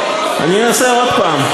לעזור לכם,